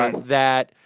um that